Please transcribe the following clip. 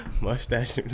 Mustache